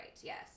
Yes